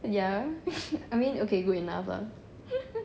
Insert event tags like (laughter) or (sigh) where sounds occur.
ya (laughs) I mean okay good enough lah